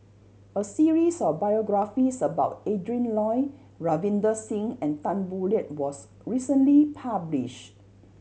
a series of biographies about Adrin Loi Ravinder Singh and Tan Boo Liat was recently published